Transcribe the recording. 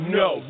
no